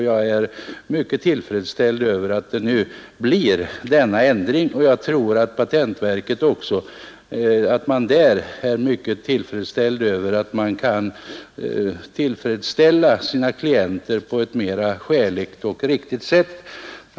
Jag tror att man också på patentverket är mycket tillfredsställd över att man nu kan tillmötesgå sina klienter på ett skäligare och riktigare sätt.